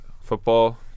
football